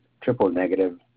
triple-negative